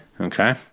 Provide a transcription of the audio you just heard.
Okay